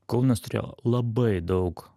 kaunas turėjo labai daug